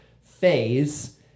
phase